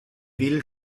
will